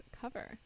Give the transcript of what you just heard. cover